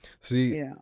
See